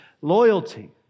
loyalty